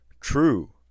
True